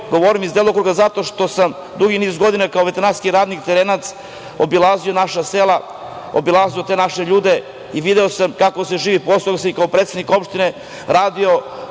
govorim iz delokruga zato što sam dugi niz godina kao veterinarski radnik, terenac, obilazio naša sela. Obilazio sam te naše ljude i video sam kako se živi, a posle sam i kao predsednik opštine radio